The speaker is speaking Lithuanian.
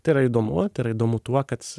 tai yra įdomu tai yra įdomu tuo kad